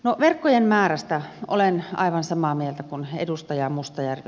no verkkojen määrästä olen aivan samaa mieltä kuin edustaja mustajärvi